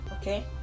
okay